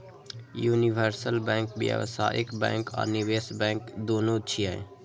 universal bank व्यावसायिक bank आ निवेश बैंक, दुनू छियै